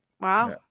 wow